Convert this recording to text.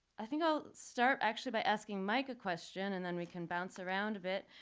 i think i'll start actually by asking mike a question. and then, we can bounce around a bit.